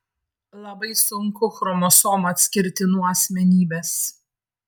labai sunku chromosomą atskirti nuo asmenybės